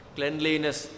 Cleanliness